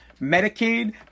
Medicaid